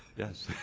yes.